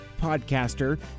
podcaster